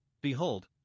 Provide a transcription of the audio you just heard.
Behold